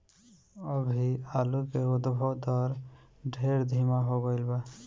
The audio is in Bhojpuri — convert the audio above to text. अभी आलू के उद्भव दर ढेर धीमा हो गईल बा